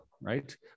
right